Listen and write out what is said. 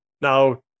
Now